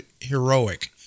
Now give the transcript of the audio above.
heroic